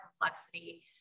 complexity